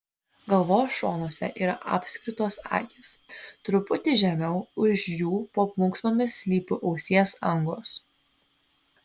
galvos šonuose yra apskritos akys truputį žemiau už jų po plunksnomis slypi ausies angos